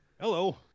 Hello